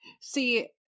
see